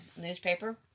newspaper